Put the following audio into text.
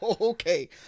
okay